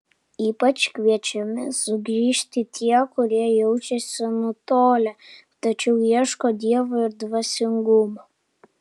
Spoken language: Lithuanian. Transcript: ypač kviečiami sugrįžti tie kurie jaučiasi nutolę tačiau ieško dievo ir dvasingumo